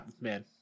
man